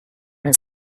his